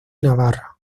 navarra